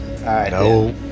No